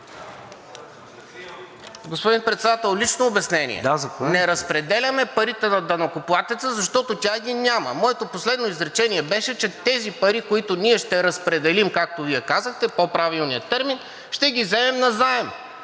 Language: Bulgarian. Господин Председател, лично обяснение. Не разпределяме парите на данъкоплатеца, защото тях ги няма. Моето последно изречение беше, че тези пари, които ще разпределим, както Вие казахте, по-правилния термин, ще ги вземем назаем.